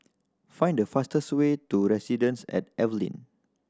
find the fastest way to Residences at Evelyn